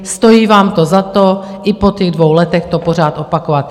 Stojí vám to za to, i po těch dvou letech to pořád opakovat.